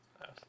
Yes